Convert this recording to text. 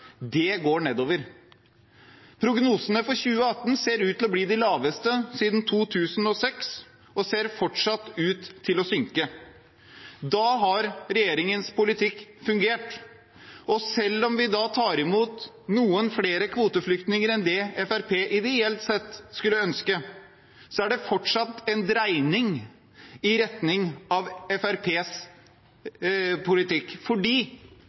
går nedover. Prognosene for 2018 ser ut til å bli de laveste siden 2006 og ser fortsatt ut til å synke. Da har regjeringens politikk fungert, og selv om vi tar imot noen flere kvoteflyktninger enn det Fremskrittspartiet ideelt sett skulle ønske, er det fortsatt en dreining i retning av Fremskrittspartiets politikk, fordi